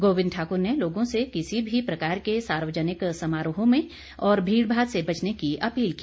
गोविंद ठाकुर ने लोगों से किसी भी प्रकार के सार्वजनिक समारोहों और भीड़भाड़ से बचने की अपील की